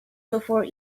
before